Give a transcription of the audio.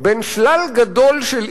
בין שלל גדול של עילות,